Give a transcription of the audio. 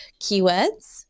keywords